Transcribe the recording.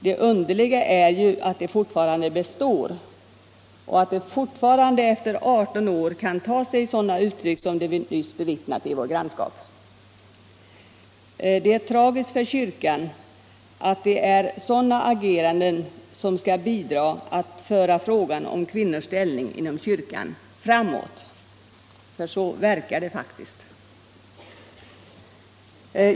Det underliga är att det fortfarande består och att det fortfarande efter 18 år kan ta sig sådana uttryck som det vi nyss bevittnat i vårt grannskap. Det är tragiskt för kyrkan att det är sådana ageranden som skall bidra till att föra frågan om kvinnors ställning inom kyrkan framåt — för så verkar det faktiskt.